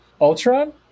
Ultron